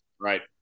Right